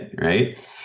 Right